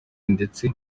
ndetse